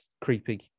creepy